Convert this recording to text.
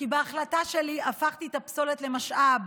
כי בהחלטה שלי הפכתי את הפסולת למשאב,